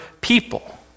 people